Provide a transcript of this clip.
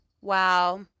Wow